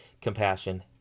compassion